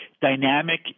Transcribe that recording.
Dynamic